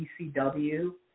ECW